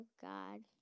God